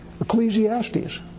Ecclesiastes